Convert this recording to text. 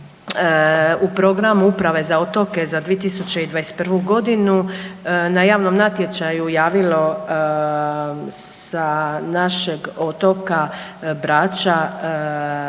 u programu uprave za otoke za 2021. godinu na javnom natječaju javilo sa našeg otoka Brača